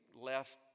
left